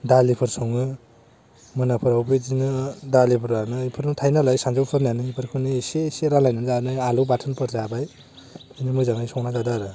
दालिफोर सङो मोनाफोरावबो बेदिनो दालिफोरानो बेफोरनो थायो नालाय सानजौफुनानो बेफोरखौनो इसे इसे रानलायनानै जायो आलु बाथोन जाबाय बेदिनो मोजाङै संना जादों आरो